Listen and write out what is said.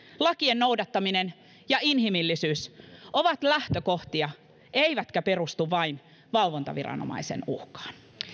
lakien noudattaminen ja inhimillisyys ovat lähtökohtia eivätkä perustu vain valvontaviranomaisen uhkaan